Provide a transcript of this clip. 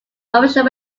official